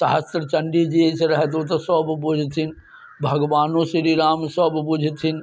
सहस्र चण्डी जे है रहथि से ओ तऽ सब बुझथिन भगवानो श्री राम सब बुझथिन